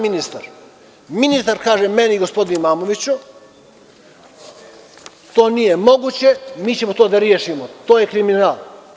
Ministar kaže - gospodine Imamoviću, to nije moguće, mi ćemo to da rešimo, to je kriminal.